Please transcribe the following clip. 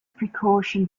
precaution